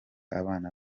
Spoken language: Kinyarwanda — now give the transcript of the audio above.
abana